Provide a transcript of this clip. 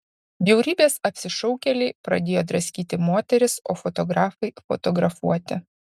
bjaurybės apsišaukėliai pradėjo draskyti moteris o fotografai fotografuoti